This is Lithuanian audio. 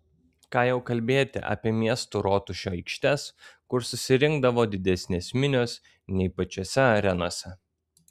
ką jau kalbėti apie miestų rotušių aikštes kur susirinkdavo didesnės minios nei pačiose arenose